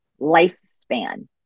lifespan